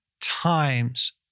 times